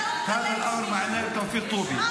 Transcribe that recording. הדבר הזה היה של תאופיק טובי.